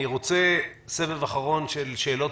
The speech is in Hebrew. אני רוצה לערוך סבב אחרון של שאלות